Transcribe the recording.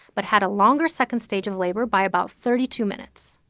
but had a longer second stage of labor by about thirty two minutes.